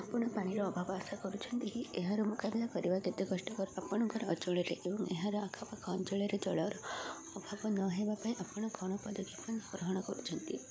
ଆପଣ ପାଣିର ଅଭାବ ଆଶା କରୁଛନ୍ତି କି ଏହାର ମୁକାବିଲା କରିବା କେତେ କଷ୍ଟକର ଆପଣଙ୍କର ଅଞ୍ଚଳରେ ଏବଂ ଏହାର ଆଖପାଖ ଅଞ୍ଚଳରେ ଜଳର ଅଭାବ ନହେବା ପାଇଁ ଆପଣ କଣ ପଦକ୍ଷେପ ଗ୍ରହଣ କରୁଛନ୍ତି